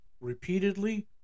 repeatedly